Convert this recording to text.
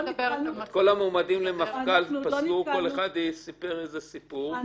כל אחד סיפר איזה סיפור,